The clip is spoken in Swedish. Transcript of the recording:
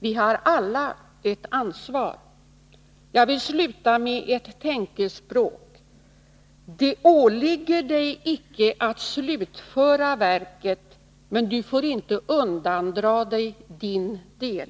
Vi har alla ett ansvar. Jag vill sluta med ett tänkespråk: Det åligger dig icke att slutföra verket, men du får icke undandra dig din del!